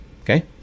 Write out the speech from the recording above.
okay